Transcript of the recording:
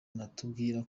batubwira